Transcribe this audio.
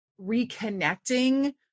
reconnecting